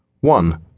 one